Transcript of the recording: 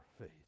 faith